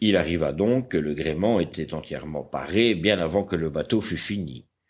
il arriva donc que le gréement était entièrement paré bien avant que le bateau fût fini